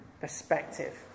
perspective